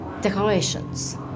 Decorations